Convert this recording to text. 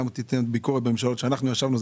גם אם תיתן ביקורת על ממשלות שאנחנו ישבנו בהן,